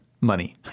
money